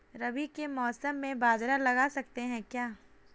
रवि के मौसम में बाजरा लगा सकते हैं?